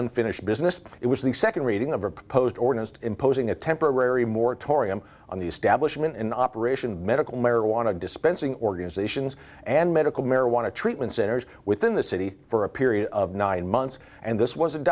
unfinished business it was the second reading of a proposed organised imposing a temporary moratorium on the establishment in operation medical marijuana dispensing organizations and medical marijuana treatment centers within the city for a period of nine months and this was